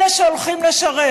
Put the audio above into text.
אלה שהולכים לשרת.